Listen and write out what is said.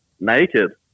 Naked